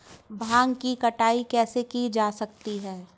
भांग की कटाई कैसे की जा सकती है?